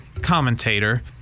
commentator